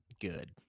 Good